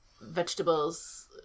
vegetables